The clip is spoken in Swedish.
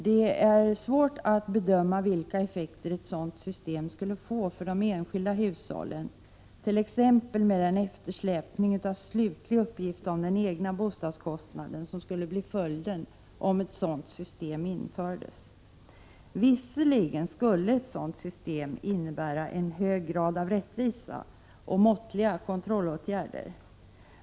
Det är svårt att bedöma vilka effekter ett sådant system skulle få för de enskilda hushållen. Jag avser då t.ex. den eftersläpning av slutlig uppgift om den egna bostadskostnaden som skulle bli följden, om ett sådant system infördes. Visserligen skulle ett sådant system innebära en hög grad av rättvisa och måttliga kontrollåtgärder.